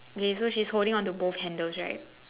okay so she's holding on the both handles right